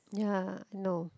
ya no